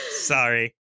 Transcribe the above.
Sorry